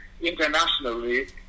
internationally